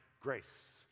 Grace